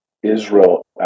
Israel